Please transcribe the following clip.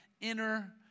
inner